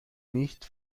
nicht